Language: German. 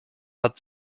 hat